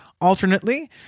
alternately